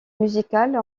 musicales